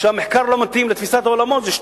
כשהמחקר לא מתאים לתפיסת עולמו, זה שטויות.